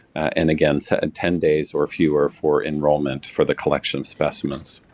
and again, so and ten days or fewer for enrollment for the collection of specimens.